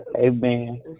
Amen